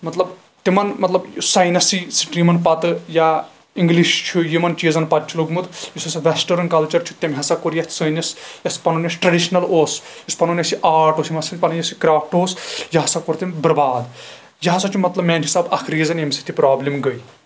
مطلب تِمن مطلب یُس سٲینَسی سِٹریٖمن پَتہٕ یا اِنٛگلِش چھُ یِمن چیٖزَن پَتہٕ چھُ لٚوگمُت یُس ہسا وٮ۪سٹٲرٕن کَلچر چھُ تٔمۍ ہسا کوٚر یَتھ سٲنِس یَتھ پَنُن یس ٹریڈِشنل اوس یُس پَنُن اَسہِ یہِ آرٹ اوس یِمن سۭتۍ پنٕنۍ اَسہِ یہِ کرافٹ اوس یہِ ہسا کوٚر تٔمۍ بُرباد یہِ ہسا چھُ مطلب میانہِ حِساب اکھ رِیٖزَن ییٚمہِ سۭتۍ یہِ پرابلِم گٔیے